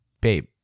babe